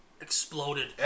exploded